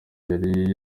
yari